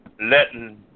letting